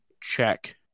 check